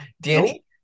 danny